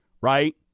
Right